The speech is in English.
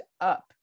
up